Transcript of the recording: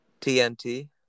tnt